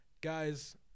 Guys